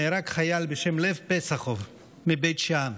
נהרג חייל בשם לב פסחוב מבית שאן.